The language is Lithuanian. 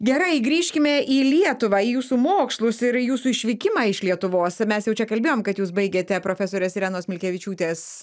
gerai grįžkime į lietuvą į jūsų mokslus ir į jūsų išvykimą iš lietuvos mes jau čia kalbėjom kad jūs baigėte profesorės irenos milkevičiūtės